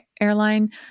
airline